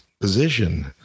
position